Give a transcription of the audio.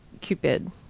Cupid